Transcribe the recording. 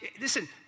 listen